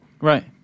Right